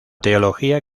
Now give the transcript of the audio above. teología